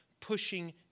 pushing